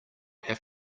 have